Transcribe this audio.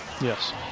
Yes